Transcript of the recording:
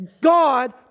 God